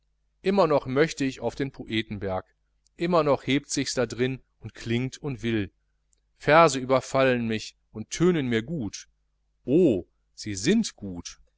immer noch möcht ich auf den poetenberg immer noch hebt sichs da drin und klingt und will verse überfallen mich und tönen mir gut oh sie sind gut